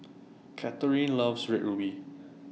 Kathyrn loves Red Ruby